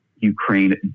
Ukraine